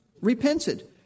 repented